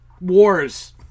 Wars